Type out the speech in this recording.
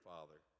Father